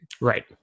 Right